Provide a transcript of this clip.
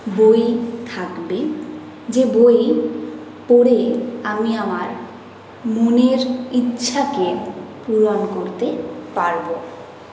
বই থাকবে যে বই পড়ে আমি আমার মনের ইচ্ছাকে পুরণ করতে পারবো